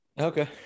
Okay